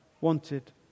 wanted